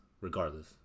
regardless